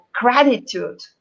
gratitude